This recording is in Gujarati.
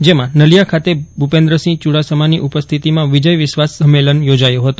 જેમાં નલીયા ખાતે ભૂપેન્દ્ર સિંહ ચ્રડાસમાની ઉપસ્થિતિમાં વિજય વિશ્વાસ સંમેલન યોજાયો હતો